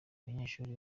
banyeshuri